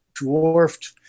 dwarfed